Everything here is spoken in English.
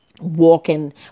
walking